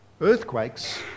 Earthquakes